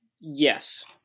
Yes